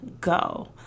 go